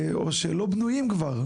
או שלא בנויים כבר,